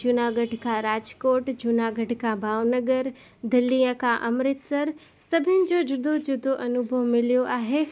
जूनागढ़ खां राजकोट जूनागढ़ खां भावनगर दिल्लीअ खां अमृतसर सभिनी जो जुदो जुदो अनुभव मिल्यो आहे